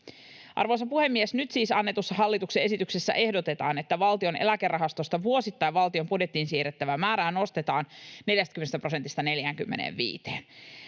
Arvoisa puhemies! Nyt annetussa hallituksen esityksessä siis ehdotetaan, että valtion eläkerahastosta vuosittain valtion budjettiin siirrettävää määrää nostetaan 40 prosentista 45:een.